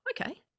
okay